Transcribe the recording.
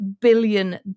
billion